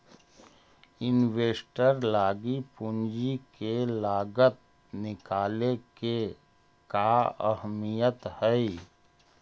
Investor लागी पूंजी के लागत निकाले के का अहमियत हई?